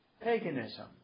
paganism